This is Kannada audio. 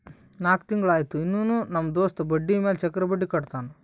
ನಾಕ್ ತಿಂಗುಳ ಆಯ್ತು ಇನ್ನಾನೂ ನಮ್ ದೋಸ್ತ ಬಡ್ಡಿ ಮ್ಯಾಲ ಚಕ್ರ ಬಡ್ಡಿ ಕಟ್ಟತಾನ್